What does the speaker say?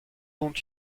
dont